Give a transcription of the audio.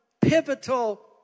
pivotal